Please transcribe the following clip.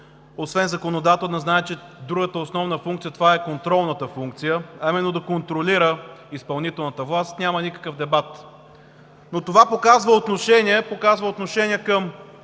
освен законодателна, знаете, че другата основна функция е контролната функция, а именно да контролира изпълнителната власт – няма никакъв дебат. Това показва отношение към